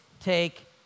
take